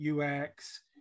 UX